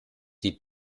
die